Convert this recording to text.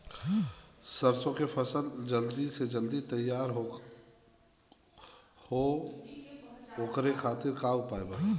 सरसो के फसल जल्द से जल्द तैयार हो ओकरे खातीर का उपाय बा?